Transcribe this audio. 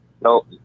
No